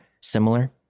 similar